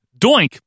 Doink